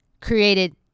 created